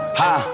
ha